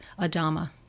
Adama